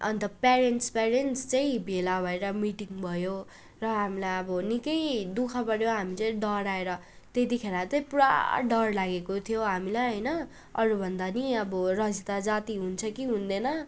अन्त parents parents चाहिँ भेला भएर मिटिङ भयो र हामीलाई अब निकै दुःख पऱ्यो हामी चाहिँ डराएर त्यतिखेर चाहिँ पुरा डर लागेको थियो हामीलाई होइन अरूभन्दा नि अब रजिता जाती हुन्छ कि हुँदैन